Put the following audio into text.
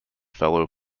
fellow